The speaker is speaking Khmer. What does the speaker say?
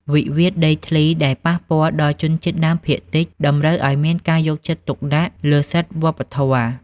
វិវាទដីធ្លីដែលប៉ះពាល់ដល់ជនជាតិដើមភាគតិច តម្រូវឱ្យមានការយកចិត្តទុកដាក់លើសិទ្ធិវប្បធម៌។